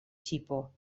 tipo